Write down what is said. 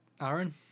Aaron